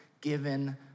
given